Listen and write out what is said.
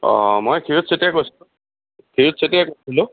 অঁ মই সিৰত চেতীয়াই কৈছো সিৰত চেতীয়াই কৈছিলোঁ